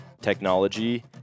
technology